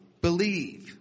believe